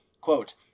Quote